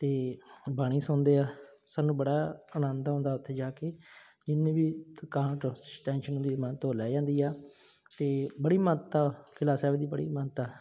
ਅਤੇ ਬਾਣੀ ਸੁਣਦੇ ਆ ਸਾਨੂੰ ਬੜਾ ਆਨੰਦ ਆਉਂਦਾ ਉੱਥੇ ਜਾ ਕੇ ਜਿੰਨੀ ਵੀ ਥਕਾਵਟ ਔਰ ਟੈਂਸ਼ਨ ਹੁੰਦੀ ਮਨ ਤੋਂ ਲਹਿ ਜਾਂਦੀ ਆ ਅਤੇ ਬੜੀ ਮਹੱਤਤਾ ਕਿਲ੍ਹਾ ਸਾਹਿਬ ਦੀ ਬੜੀ ਮਹੱਤਤਾ